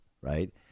right